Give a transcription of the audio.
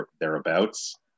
thereabouts